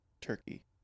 Turkey